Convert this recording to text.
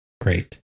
Great